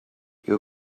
your